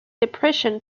depression